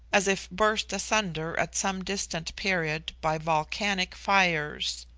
as if burst asunder at some distant period by volcanic fires.